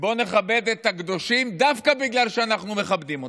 ו"בוא נכבד את הקדושים" דווקא בגלל שאנחנו מכבדים אותם,